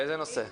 באיזה נושא?